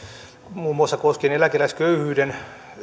muun muassa koskien eläkeläisköyhyyden